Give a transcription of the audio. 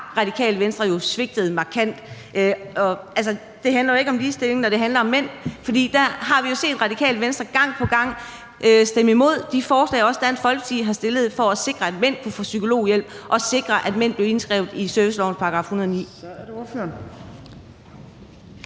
Radikale Venstre svigtet markant. Det handler jo ikke om ligestilling, når det handler om mænd, for der har vi set Radikale Venstre gang på gang stemme imod de forslag, som også Dansk Folkeparti har fremsat for at sikre, at mænd kunne få psykologhjælp, og at mænd blev indskrevet i servicelovens § 109.